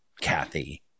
Kathy